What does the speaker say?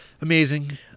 Amazing